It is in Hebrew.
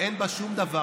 אין בה שום דבר,